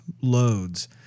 loads